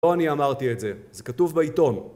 לא אני אמרתי את זה, זה כתוב בעיתון